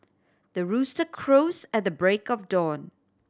the rooster crows at the break of dawn